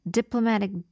diplomatic